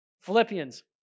Philippians